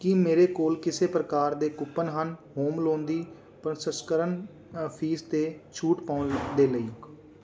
ਕੀ ਮੇਰੇ ਕੋਲ ਕਿਸੇ ਪ੍ਰਕਾਰ ਦੇ ਕੂਪਨ ਹਨ ਹੋਮ ਲੋਨ ਦੀ ਪਰਸੰਸਕਰਣ ਫ਼ੀਸ 'ਤੇ ਛੋਟ ਪਾਉਣ ਦੇ ਲਈ